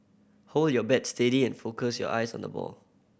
hold your bat steady and focus your eyes on the ball